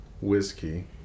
whiskey